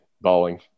bowling